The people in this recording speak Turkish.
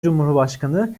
cumhurbaşkanı